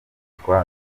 yitwa